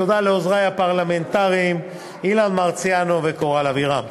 תודה לעוזרי הפרלמנטריים אילן מרסיאנו וקורל אבירם.